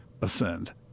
ascend